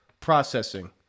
processing